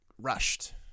rushed